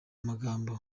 amagambo